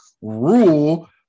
rule